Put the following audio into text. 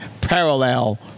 parallel